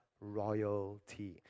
Royalty